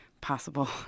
possible